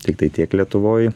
tiktai tiek lietuvoj